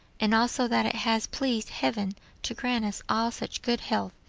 and also that it has pleased heaven to grant us all such good health.